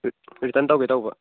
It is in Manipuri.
ꯔꯤꯇꯔꯟ ꯇꯧꯒꯦ ꯇꯧꯕ